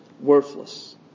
worthless